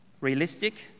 realistic